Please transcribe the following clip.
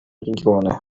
регионы